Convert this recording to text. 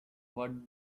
what